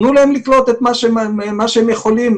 תנו להם לקלוט את מה שהם יכולים,